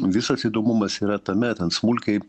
visas įdomumas yra tame ten smulkiai